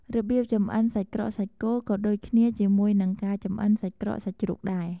របៀបចម្អិនសាច់ក្រកសាច់គោ ក៏ដូចគ្នាជាមួយនឹងការចម្អិនសាច់ក្រកសាច់ជ្រូកដែរ។